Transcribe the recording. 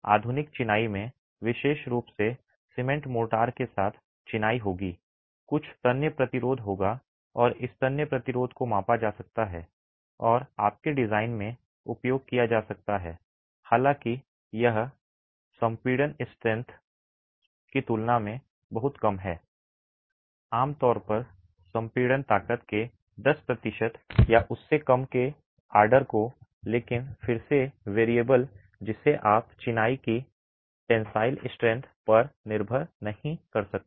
आधुनिक चिनाई में विशेष रूप से सीमेंट मोर्टार के साथ चिनाई होगी कुछ तन्य प्रतिरोध होगा और इस तन्य प्रतिरोध को मापा जा सकता है और आपके डिजाइन में उपयोग किया जा सकता है हालाँकि यह कंप्रेसिव स्ट्रेंथ की तुलना में बहुत कम है आमतौर पर कंप्रेसिव स्ट्रेंथ के 10 प्रतिशत या उससे कम के ऑर्डर का लेकिन फिर से वैरिएबल जिसे आप चिनाई की टेंसिल स्ट्रेंथ पर निर्भर नहीं कर सकते